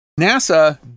NASA